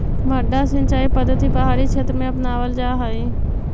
मड्डा सिंचाई पद्धति पहाड़ी क्षेत्र में अपनावल जा हइ